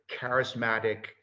charismatic